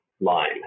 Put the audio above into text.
line